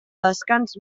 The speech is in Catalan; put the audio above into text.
descans